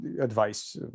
advice